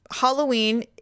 Halloween